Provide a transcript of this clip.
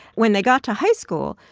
when they got to high school,